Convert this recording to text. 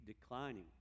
declining